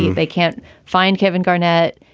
they can't find kevin garnett.